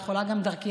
את יכולה גם דרכי,